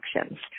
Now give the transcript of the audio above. actions